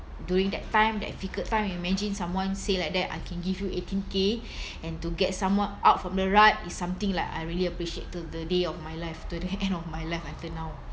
during that time difficult time imagine someone say like that I can give you eighteen k and to get someone out from the rut it's something like I really appreciate to the day of my life to the end of my life until now